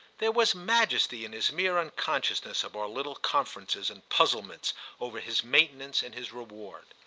there was majesty in his mere unconsciousness of our little conferences and puzzlements over his maintenance and his reward.